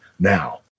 Now